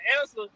answer